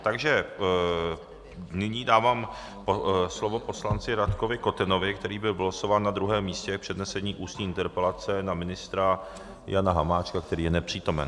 Takže nyní dávám slovo poslanci Rakovi Kotenovi, který byl vylosován na druhém místě, k přednesení ústní interpelace na ministra Jana Hamáčka, který je nepřítomen.